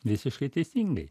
visiškai teisingai